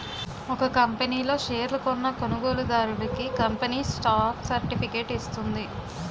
ఒక కంపనీ లో షేర్లు కొన్న కొనుగోలుదారుడికి కంపెనీ స్టాక్ సర్టిఫికేట్ ఇస్తుంది